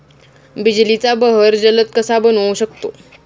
बिजलीचा बहर जलद कसा बनवू शकतो?